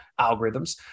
algorithms